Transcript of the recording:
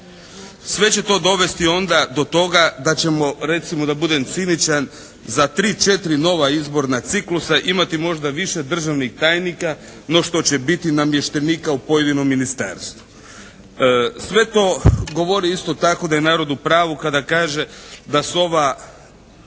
Sve će to dovesti onda do toga da ćemo recimo da budem ciničan za 3, 4 nova izborna ciklusa imati možda više državnih tajnika no što će biti namještenika u pojedinom ministarstvu. Sve to govori isto tako da je narod u pravu kada kaže da sova